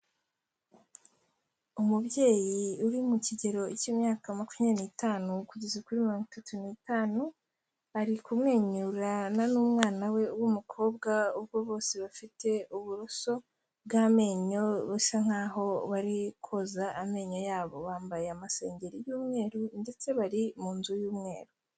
Umubyeyi uri mu kigero k'imyaka makumyabiri n'itanu kugeza kuri mirongo itatu n'Itanu, ari kumwenyurana n'umwana we w'umukobwa, ubwo bose bafite uburoso bw'amenyo basa nk'aho bari koza amenyo yabo, bambaye amasengeri y'umweru ndetse bari mu nzu y'umweru.